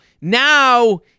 now